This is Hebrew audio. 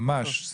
ממש.